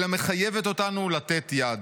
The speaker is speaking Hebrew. אלא מחייבת אותנו לתת יד.